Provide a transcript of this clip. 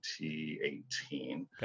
2018